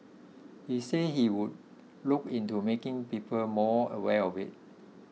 he said he would look into making people more aware of it